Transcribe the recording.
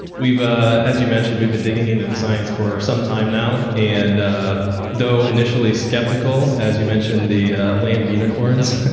ah as you mentioned we've been digging in at the science for sometime now and ah though initially skeptical, as you mentioned the land of unicorns,